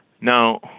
Now